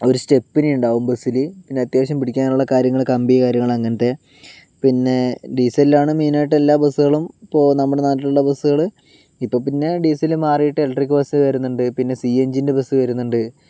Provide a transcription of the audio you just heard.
ഒരു സ്റ്റെപ്പിനി ഉണ്ടാകും ബസ്സിൽ പിന്നെ അത്യാവശ്യം പിടിക്കാനുള്ള കാര്യങ്ങൾ കമ്പി കാര്യങ്ങൾ അങ്ങനത്തെ പിന്നെ ഡീസലിലാണ് മെയിനായിട്ട് എല്ലാ ബസ്സുകളും ഇപ്പോൾ നമ്മുടെ നാട്ടിലുള്ള ബസ്സുകൾ ഇപ്പോൾ പിന്നെ ഡീസൽ മാറീട്ട് ഇലക്ട്രിക് ബസ് വരുന്നുണ്ട് പിന്നെ സി എൻജിൻ്റെ ബസ് വരുന്നുണ്ട്